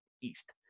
east